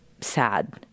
sad